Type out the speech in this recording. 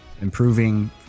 improving